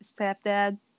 stepdad